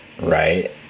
Right